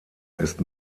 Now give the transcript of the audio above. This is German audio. ist